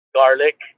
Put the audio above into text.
garlic